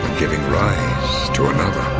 giving rise to another